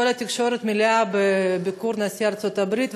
כל התקשורת מלאה בביקור נשיא ארצות הברית,